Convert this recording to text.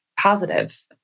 positive